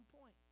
point